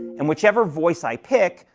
and whichever voice i pick,